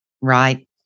Right